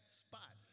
spot